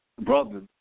brothers